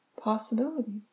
possibility